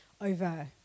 over